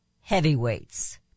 heavyweights